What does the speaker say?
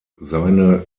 seine